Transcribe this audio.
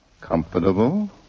Comfortable